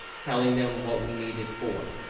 telling them what we need it for.